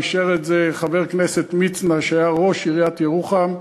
ואישר את זה חבר הכנסת מצנע שהיה ראש מועצת ירוחם,